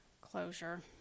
closure